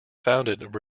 founded